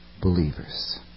believers